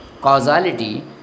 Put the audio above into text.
causality